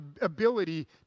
ability